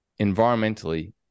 environmentally